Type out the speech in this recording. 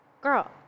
girl